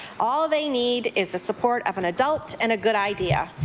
all they need is the support of an adult and a good idea.